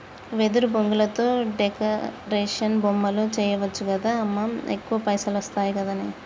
వెదురు బొంగులతో డెకరేషన్ బొమ్మలు చేయచ్చు గదా అమ్మా ఎక్కువ పైసలొస్తయి గదనే